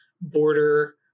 border